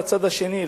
לצד השני,